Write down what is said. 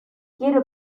quiero